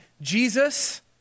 Jesus